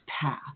path